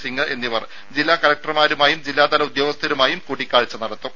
സിംഗ് എന്നിവർ ജില്ലാ കളക്ടർമാരുമായും ജില്ലാതല ഉദ്യോഗസ്ഥരുമായും കൂടിക്കാഴ്ച നടത്തും